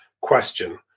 Question